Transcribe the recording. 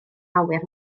awyr